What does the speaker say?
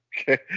Okay